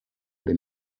den